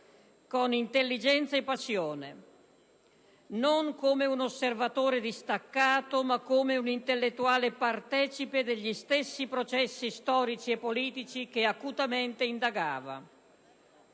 con intelligenza e passione, non come un osservatore distaccato, ma come un intellettuale partecipe degli stessi processi storici e politici che acutamente indagava.